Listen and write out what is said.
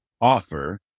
offer